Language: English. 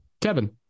Kevin